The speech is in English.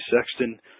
Sexton